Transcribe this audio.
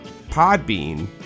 Podbean